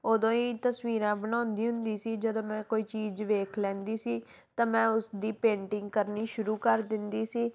ਉਦੋਂ ਹੀ ਤਸਵੀਰਾਂ ਬਣਾਉਂਦੀ ਹੁੰਦੀ ਸੀ ਜਦੋਂ ਮੈਂ ਕੋਈ ਚੀਜ਼ ਵੇਖ ਲੈਂਦੀ ਸੀ ਤਾਂ ਮੈਂ ਉਸਦੀ ਪੇਂਟਿੰਗ ਕਰਨੀ ਸ਼ੁਰੂ ਕਰ ਦਿੰਦੀ ਸੀ